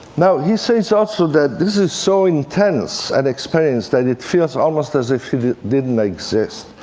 now he says also that this is so intense an experience that it feels almost as if he didn't exist.